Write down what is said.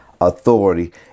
authority